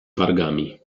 wargami